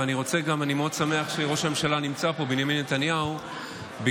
ואני מאוד שמח שראש הממשלה בנימין נתניהו נמצא